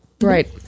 right